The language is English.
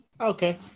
Okay